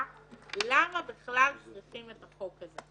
למה בכלל צריכים את החוק הזה,